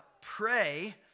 pray